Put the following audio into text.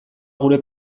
gure